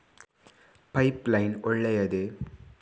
Pipe line ಒಳ್ಳೆಯದೇ?